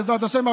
בעזרת השם.